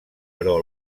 però